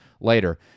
later